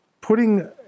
putting